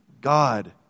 God